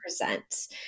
presents